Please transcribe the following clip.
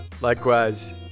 Likewise